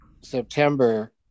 september